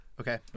Okay